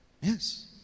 Yes